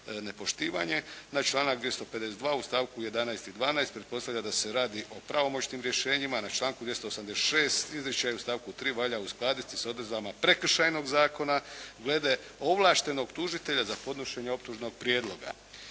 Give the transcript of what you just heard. Na članak 252. u stavku 11. i 12. pretpostavlja da se radi o pravomoćnim rješenjima. Na članku 286. izričaj u stavku 3. valja uskladiti s odredbama Prekršajnog zakona glede ovlaštenog tužitelja za podnošenje optužnog prijedloga.